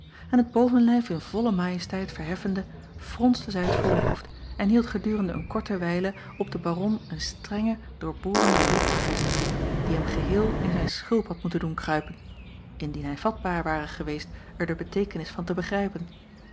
en het bovenlijf in volle majesteit verheffende fronste zij het voorhoofd en hield gedurende een korte wijle op den aron een strengen doorborenden blik gevestigd die hem geheel in zijn schulp had moeten doen kruipen indien hij vatbaar ware geweest er de beteekenis van te begrijpen